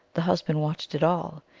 the husband watched it all.